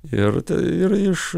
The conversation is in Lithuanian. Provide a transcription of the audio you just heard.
ir ir iš